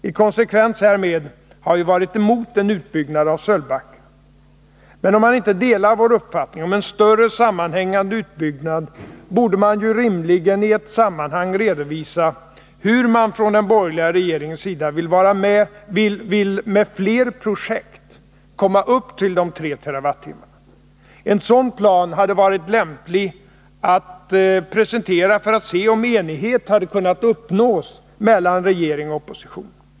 I konsekvens härmed har vi varit emot en utbyggnad av Sölvbacka. Men om man inte delar vår uppfattning om en större sammanhängande utbyggnad borde man ju rimligen i ett sammanhang redovisa hur man vill med fler projekt komma upp till 3 TWh. En sådan plan hade varit lämplig att presentera för att se om enighet hade kunnat uppnås mellan regering och opposition.